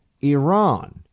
Iran